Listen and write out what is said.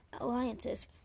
Alliances